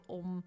om